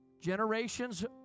Generations